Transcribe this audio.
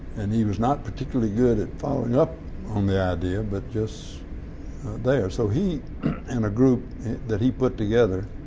and he was not particularly good at following up on the idea but just there. so he and a group that he put together